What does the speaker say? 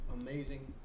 amazing